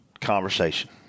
conversation